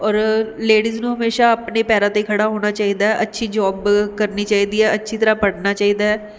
ਔਰ ਲੇਡੀਜ਼ ਨੂੰ ਹਮੇਸ਼ਾਂ ਆਪਣੇ ਪੈਰਾਂ 'ਤੇ ਖੜ੍ਹਾ ਹੋਣਾ ਚਾਹੀਦਾ ਅੱਛੀ ਜੋਬ ਕਰਨੀ ਚਾਹੀਦੀ ਆ ਅੱਛੀ ਤਰ੍ਹਾਂ ਪੜ੍ਹਨਾ ਚਾਹੀਦਾ ਹੈ